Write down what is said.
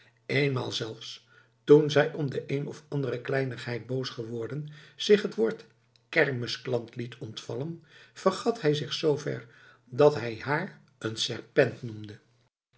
eenmaal zelfs toen zij om de een of andere kleinigheid boos geworden zich het woord kermisklant liet ontvallen vergat hij zich zoover dat hij haar een serpent noemde